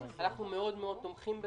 אנחנו מאוד מאוד תומכים בזה.